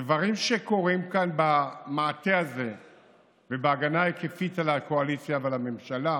הדברים שקורים כאן במעטה הזה ובהגנה ההיקפית על הקואליציה ועל הממשלה,